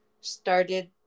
started